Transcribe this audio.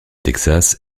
texas